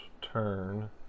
turn